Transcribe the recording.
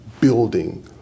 building